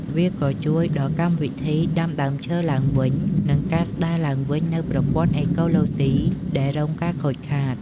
វាក៏ជួយដល់កម្មវិធីដាំដើមឈើឡើងវិញ និងការស្ដារឡើងវិញនូវប្រព័ន្ធអេកូឡូស៊ីដែលរងការខូចខាត។